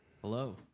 Hello